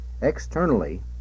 Externally